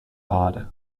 odd